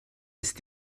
ist